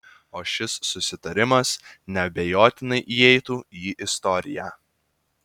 o šis susitarimas neabejotinai įeitų į istoriją